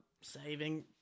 saving